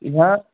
ह्या